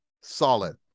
solid